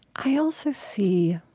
i also see